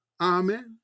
amen